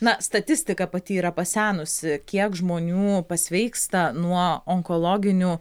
na statistika pati yra pasenusi kiek žmonių pasveiksta nuo onkologinių